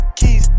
keys